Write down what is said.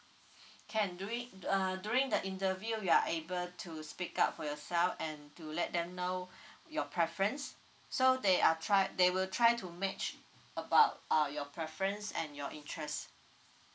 can duri~ err during the interview you're are able to speak up for yourself and to let them know your preference so they are try they will try to match about uh your preference and your interest